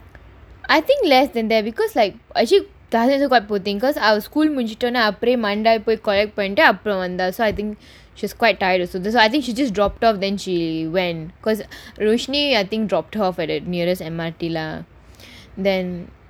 I think less than that because like actually think because அவ:ava school முடிச்சிடோனா அப்பறே:mudichchitonaa apparae mandai போய்:poi collect பண்ணிட்டு அப்புறம் வந்தா:pannittu appuram vanthaa so I think she's quite tired also that's why I think she just dropped off then she went because roshni I think dropped her off at the nearest M_R_T ya then